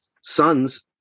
sons